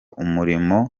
umurimo